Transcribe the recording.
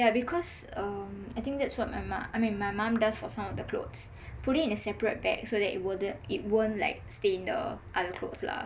yah because um I think that's what my mum I mean my mum does for some of the clothes put it in a separate bag so that it won't it won't like stain the other clothes lah